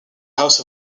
house